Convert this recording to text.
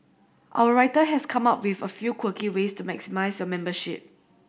our writer has come up with a few quirky ways to maximise your membership